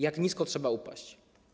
Jak nisko trzeba upaść?